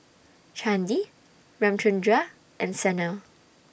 Chandi Ramchundra and Sanal